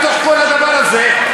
בתוך כל הדבר הזה,